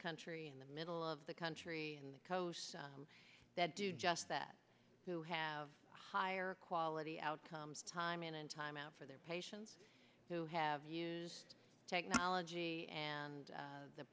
country in the middle of the country and the coasts that do just that to have higher quality outcomes time in and time out for their patients who have used technology and